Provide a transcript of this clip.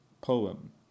poem